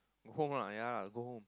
go home lah ya lah go home